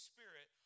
Spirit